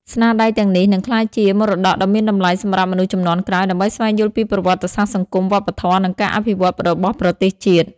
ស្នាដៃទាំងនេះនឹងក្លាយជា មរតកដ៏មានតម្លៃសម្រាប់មនុស្សជំនាន់ក្រោយ ដើម្បីស្វែងយល់ពីប្រវត្តិសាស្ត្រសង្គម វប្បធម៌ និងការអភិវឌ្ឍន៍របស់ប្រទេសជាតិ។